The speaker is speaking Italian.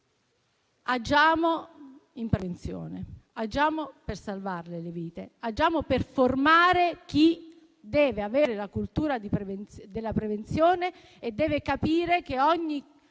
agiamo in prevenzione, agiamo per salvare le vite, agiamo per formare chi deve avere la cultura della prevenzione e deve capire che ogni